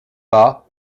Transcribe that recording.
pas